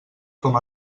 com